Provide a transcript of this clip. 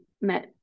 met